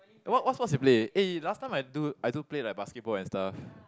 what what sports you play eh last time I do I do play like basketball and stuff